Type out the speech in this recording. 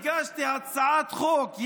הגשתי הצעת חוק,